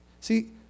See